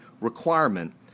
requirement